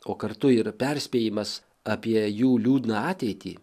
o kartu ir perspėjimas apie jų liūdną ateitį